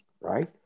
right